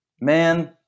Man